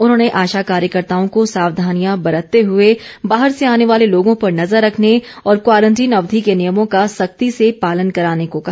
उन्होंने आशा कार्यकर्ताओं को सावधानियां बरतते हुए बाहर से आने वाले लोगों पर नज़र रखने और क्वारंटीन अवधि के नियमों का सख्ती से पालन कराने को कहा